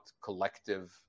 collective